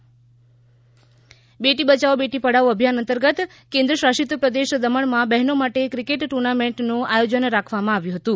બેટી બચાઓ બેટી પઢાઓ બેટી બયાઓ બેટી પઢાઓ અભિયાન અંતર્ગત કેન્દ્રશાસિત પ્રદેશ દમણમાં બહનો માટે ક્રિકેટ ટુર્નામેન્ટનું આયોજન રાખવામાં આવ્યુ હતું